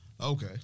Okay